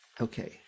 okay